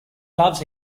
loves